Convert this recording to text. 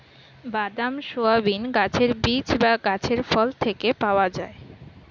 বাদাম, সয়াবিন গাছের বীজ বা গাছের ফল থেকে পাওয়া যায়